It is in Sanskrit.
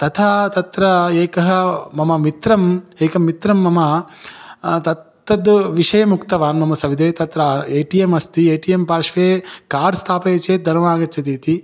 तथा तत्र एकः मम मित्रः एकं मित्रं मम तत्तद् विषयमुक्तवान् मम सविधे तत्र ए टि यम् अस्ति ए टि यम् पार्श्वे कार्ड् स्थापयति चेत् धनमागच्छति इति